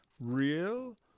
real